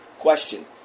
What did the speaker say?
Question